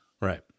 Right